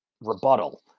rebuttal